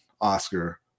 Oscar